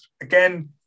again